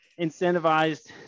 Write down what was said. incentivized